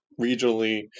regionally